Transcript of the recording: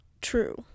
true